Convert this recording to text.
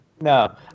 No